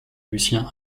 lucien